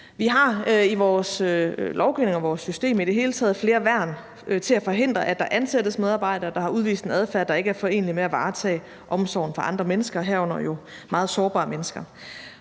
Vi har i vores lovgivning og vores system i det hele taget flere værn til at forhindre, at der ansættes medarbejdere, der har udvist en adfærd, der ikke er forenelig med at varetage omsorgen for andre mennesker, herunder jo meget sårbare mennesker.